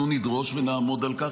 אנחנו נדרוש ונעמוד על כך,